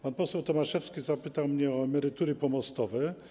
Pan poseł Tomaszewski zapytał mnie o emerytury pomostowe.